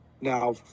Now